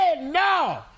no